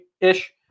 ish